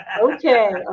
okay